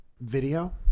video